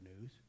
news